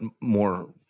more